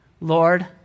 Lord